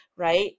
Right